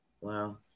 Wow